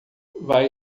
vai